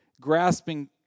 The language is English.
Grasping